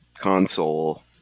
console